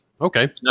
Okay